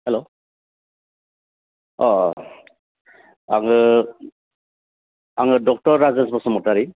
hello अह आङो आङो डक्टर राजेस बसुमतारी